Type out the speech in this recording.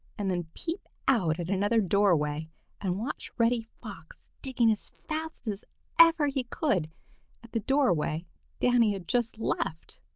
and then peep out at another doorway and watch reddy fox digging as fast as ever he could at the doorway danny had just left.